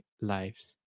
lives